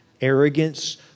Arrogance